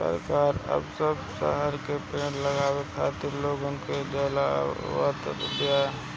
सरकार अब सब शहर में पेड़ लगावे खातिर लोग के जगावत बिया